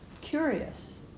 Curious